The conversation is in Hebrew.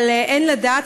אבל אין לדעת.